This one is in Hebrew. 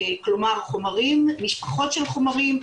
כלומר משפחות של חומרים,